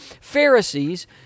Pharisees